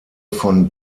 von